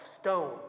stone